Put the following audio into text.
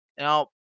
Now